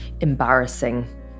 embarrassing